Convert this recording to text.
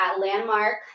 Landmark